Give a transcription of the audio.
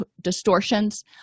distortions